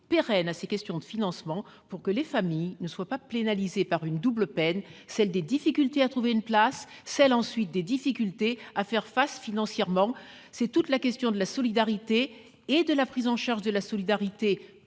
apporte des solutions pérennes pour que les familles ne soient pas pénalisées par une double peine : la difficulté à trouver une place, celle ensuite à faire face financièrement. C'est toute la question de la solidarité et de la prise en charge de la solidarité